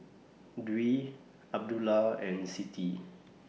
Dwi Abdullah and Siti